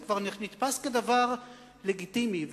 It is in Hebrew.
זה כבר נתפס כדבר לגיטימי.